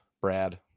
Brad